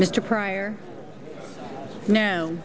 mr pryor no